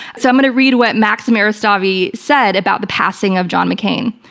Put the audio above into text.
so i'm going to read what maxim eristavi said about the passing of john mccain.